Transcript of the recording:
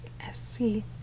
S-C